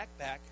backpack